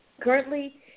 Currently